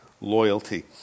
loyalty